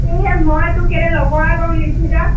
এই মই তোৰ কেলে লগৰ আকৌ মৃদুস্মিতা